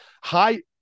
high